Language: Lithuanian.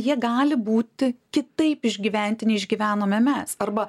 jie gali būti kitaip išgyventi nei išgyvenome mes arba